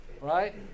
right